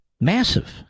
Massive